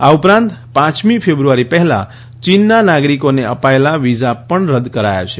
આ ઉપરાંત પાંચમી ફેબ્રઆરી પહેલાં ચીનના નાગરિકોને અપાયેલા વિઝા પણ રદ કરાયા છે